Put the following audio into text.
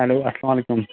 hello اَسَلامُ علیکُم